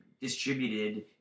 distributed